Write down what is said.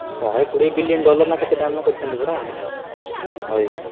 ଶହେ କୋଡ଼ିଏ billion dollar ନା କେତେ ଦାନ କରିଛନ୍ତି ପରା ହଏ